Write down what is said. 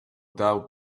doubt